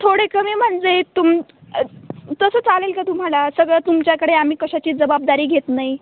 थोडे कमी म्हणजे तुम तसं चालेल का तुम्हाला सगळं तुमच्याकडे आम्ही कशाचीच जवाबदारी घेत नाही